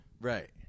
Right